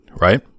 right